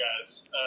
guys